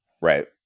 Right